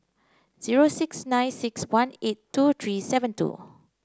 zero six nine six one eight two three seven two